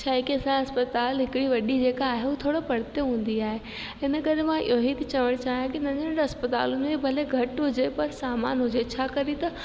छा आहे की असांजे अस्पताल हिकड़ी वॾी जेका आहे उहा थोरो परिते हूंदी आहे हिन करे मां इहो ई थी चवणु चाहियां कि नंढे नंढे अस्पतालुनि में भले घटि हुजे पर सामान हुजे छा करे त